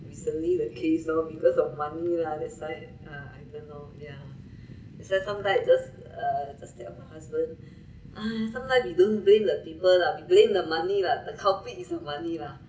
recently the case loh because of money lah that's why ah I don't know yeah that's why sometimes I just I just tell my husband ya sometime we we don't blame the people lah we blame the money lah the culprit is the money lah